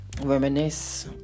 reminisce